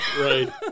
Right